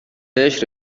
بهش